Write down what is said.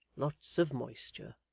lots of moisture!